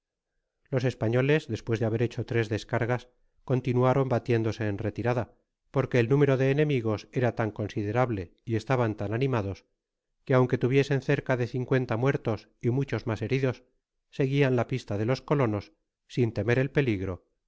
los españoles despues de haber hecho tres descargas continuaron batiéndose en retirada porque el número de enemigos era tan considerable y estaban tan animados que aunque tuviesen cerca de cincuenta muertos y muchos mas heridos seguian la pista de los colonos sin temer el peligro